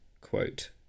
quote